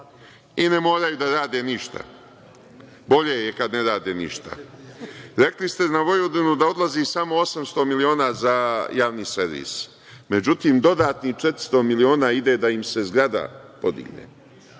i ne moraju da rade ništa. Bolje je kada ne rade ništa. Rekli ste na Vojvodinu odlazi samo 800 miliona za javni servis. Međutim, dodatnih 400 miliona ide da im se zgrada podigne